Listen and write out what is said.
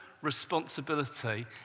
responsibility